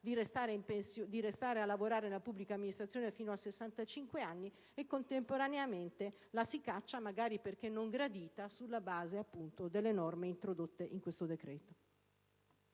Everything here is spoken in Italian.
di restare a lavorare nella pubblica amministrazione fino a 65 anni e contemporaneamente la si caccia, magari perché non gradita, sulla base appunto delle norme introdotte in questo decreto.